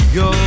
go